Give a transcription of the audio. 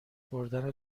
بردن